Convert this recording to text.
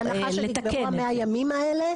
בהנחה שעברו 100 הימים האלה,